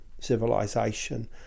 civilization